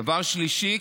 דבר שלישי,